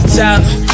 top